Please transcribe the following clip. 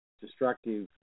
destructive